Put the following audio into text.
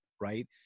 right